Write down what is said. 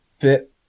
fit